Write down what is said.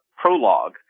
prologue